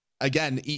again